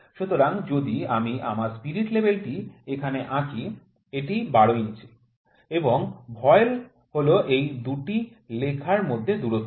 সুতরাং যদি আমি আমার স্পিরিট লেভেল টি এখানে আঁকি এটি ১২ ইঞ্চি এবং ভয়েল হল এই ২টি রেখার মধ্যে দূরত্ব